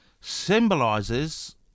symbolizes